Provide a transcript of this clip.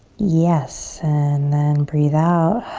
yes and then breathe out.